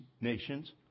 nations